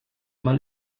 mal